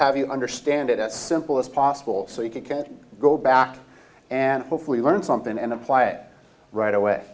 have you understand it as simple as possible so you can go back and hopefully learn something and apply it right away